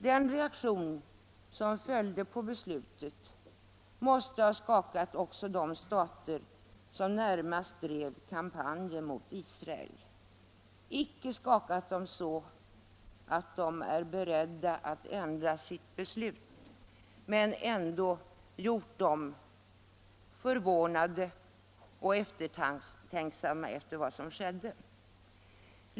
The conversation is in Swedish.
Den reaktion som följde på beslutet måste ha skakat också de stater som närmast drev kampanjen mot Israel. Dock icke skakat dem så att de är beredda att ändra sitt beslut, men ändå gjort dem förvånade och eftertänksamma.